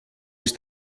ist